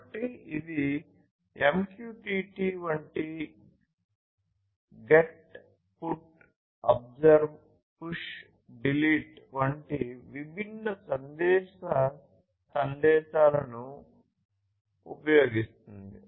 కాబట్టి ఇది MQTT వంటి GET PUT OBSERVE PUSH DELETE వంటి విభిన్న సందేశ సందేశాలను ఉపయోగిస్తుంది